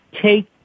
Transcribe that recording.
take